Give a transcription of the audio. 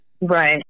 Right